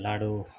laddu